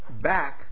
back